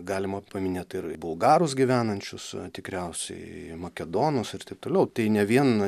galima paminėt ir bulgarus gyvenančius tikriausiai makedonus ir taip toliau tai ne vien